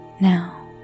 Now